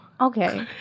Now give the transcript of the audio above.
Okay